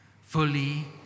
fully